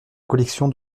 collection